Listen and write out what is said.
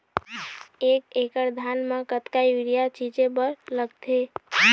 एक एकड़ धान म कतका यूरिया छींचे बर लगथे?